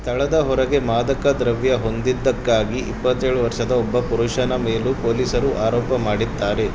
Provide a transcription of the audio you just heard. ಸ್ಥಳದ ಹೊರಗೆ ಮಾದಕ ದ್ರವ್ಯ ಹೊಂದಿದ್ದಕ್ಕಾಗಿ ಇಪ್ಪತ್ತೇಳು ವರ್ಷದ ಒಬ್ಬ ಪುರುಷನ ಮೇಲೂ ಪೊಲೀಸರು ಆರೋಪ ಮಾಡಿದ್ದಾರೆ